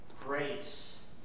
grace